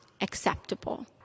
acceptable